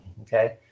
okay